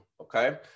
Okay